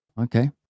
Okay